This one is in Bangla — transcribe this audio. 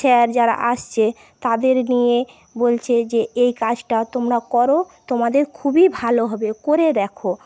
স্যার যারা আসছে তাদের নিয়ে বলছে যে এই কাজটা তোমরা করো তোমাদের খুবই ভালো হবে করে দেখো